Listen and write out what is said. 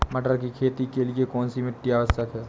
मटर की खेती के लिए कौन सी मिट्टी आवश्यक है?